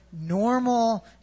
Normal